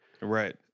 right